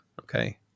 Okay